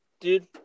dude